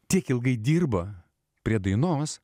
tik ilgai dirba prie dainos